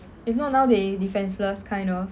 if not now they defenceless kind of